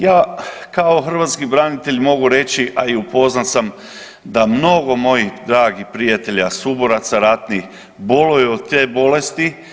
Ja kao hrvatski branitelj mogu reći, a i upoznat sam da mnogo mojih dragih prijatelja suboraca ratnih boluje od te bolesti.